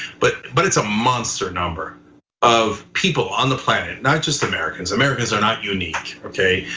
but but it's a monster number of people on the planet, not just americans, americans are not unique. okay?